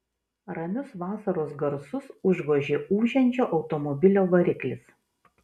ramius vasaros garsus užgožė ūžiančio automobilio variklis